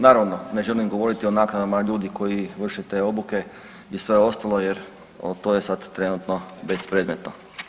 Naravno, ne želim govoriti o naknadama ljudi koji vrše te obuke i sve ostalo jer to je sad trenutno bespredmetno.